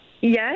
Yes